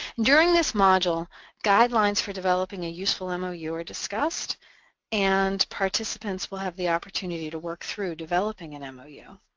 during this module guidelines for developing a useful um ah yeah mou are discussed and participants will have the opportunity to work through developing and um ah yeah